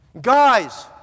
guys